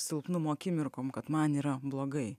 silpnumo akimirkom kad man yra blogai